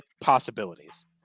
possibilities